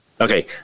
Okay